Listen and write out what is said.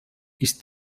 ist